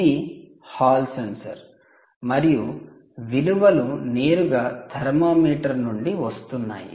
ఇది Hall sensor మరియు విలువలు నేరుగా థర్మామీటర్ నుండి వస్తున్నాయి